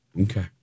Okay